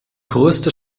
größte